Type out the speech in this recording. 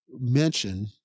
mention